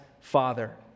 Father